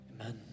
Amen